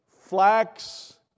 flax